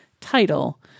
title